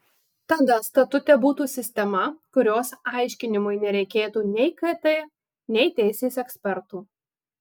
tada statute būtų sistema kurios aiškinimui nereikėtų nei kt nei teisės ekspertų